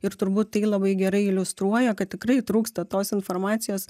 ir turbūt tai labai gerai iliustruoja kad tikrai trūksta tos informacijos